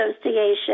association